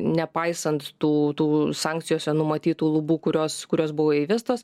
nepaisant tų tų sankcijose numatytų lubų kurios kurios buvo įvestos